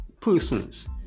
persons